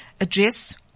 Address